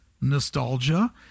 nostalgia